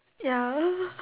ya